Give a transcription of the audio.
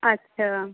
अच्छा